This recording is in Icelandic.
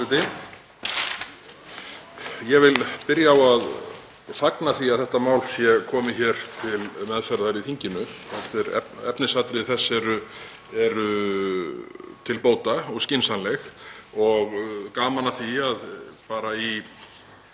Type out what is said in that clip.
Ég vil byrja á að fagna því að þetta mál sé komið hér til meðferðar í þinginu. Efnisatriði þess eru til bóta og skynsamleg. Það er gaman að því að á